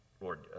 Lord